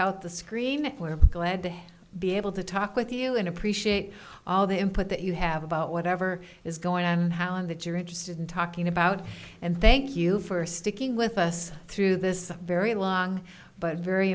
out the screen where glad to be able to talk with you and appreciate all the input that you have about whatever is going on and how and that you're interested in talking about and they you for sticking with us through this very long but very